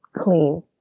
clean